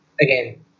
again